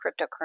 cryptocurrency